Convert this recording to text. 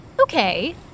Okay